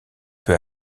peu